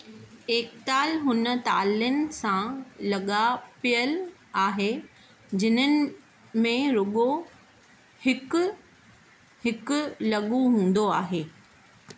एकताल हुन तालिनि सां लॻापियल आहे जिन्हनि में रुॻो हिकु हिकु लघु हूंदो आहे